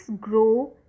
grow